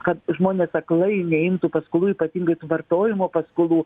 kad žmonės aklai neimtų paskolų ypatingai tų vartojimo paskolų